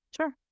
Sure